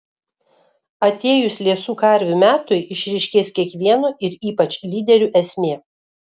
atėjus liesų karvių metui išryškės kiekvieno ir ypač lyderių esmė